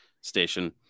station